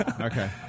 Okay